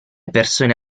persone